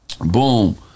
boom